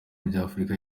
by’afrika